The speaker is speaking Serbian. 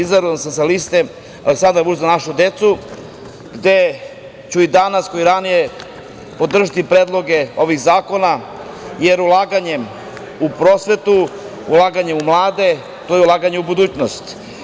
Izabran sam sa liste Aleksandar Vučić – Za našu decu, gde ću i danas, kao i ranije podržati predloge ovih zakona, jer ulaganjem u prosvetu, ulaganje u mlade je ulaganje u budućnost.